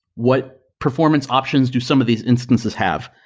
what performance options do some of these instances have?